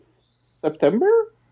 September